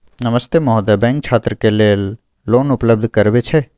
नमस्ते महोदय, बैंक छात्र के लेल लोन उपलब्ध करबे छै?